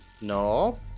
No